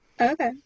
okay